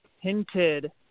hinted